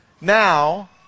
Now